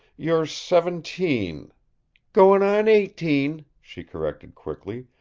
you're seventeen goin' on eighteen, she corrected quickly.